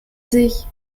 sich